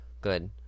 good